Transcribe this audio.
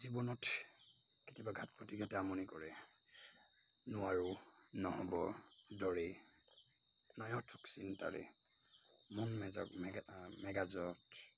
জীৱনত কেতিয়াবা ঘাত প্ৰতিঘাতে আমনি কৰে নোৱাৰোঁ নহ'ব দৰেই নঞৰ্থক চিন্তাৰে মন মেগা মগাজুত